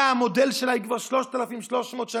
המודל של העגלה המלאה הוא כבר 3,300 שנה,